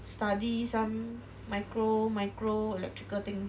study some micro micro electrical thing